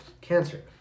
cancer